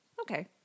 okay